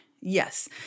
Yes